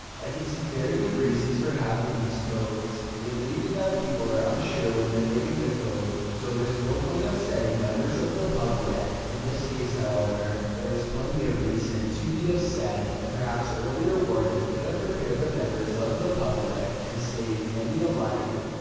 i can see very good reasons for having these codes. it may be that people are unsure when they're giving the code so there's no point upsetting members of the public. in this case, however, there was plenty of reason to be upset. and perhaps earlier warning could have prepared the members of the public and saved many a life.